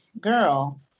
girl